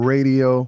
Radio